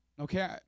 Okay